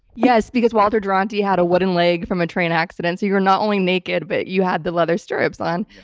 yes, because walter duranty had a wooden leg from a train accident, so you were not only naked but you had the leather stirrups on.